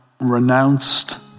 renounced